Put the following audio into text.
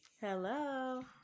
Hello